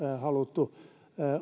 haluttu